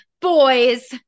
Boys